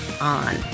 on